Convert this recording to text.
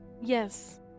Yes